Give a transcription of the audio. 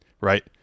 right